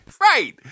Right